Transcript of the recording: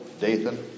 Dathan